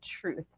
truth